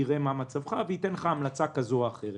יראה מה מצבך וייתן לך המלצה כזאת או אחרת.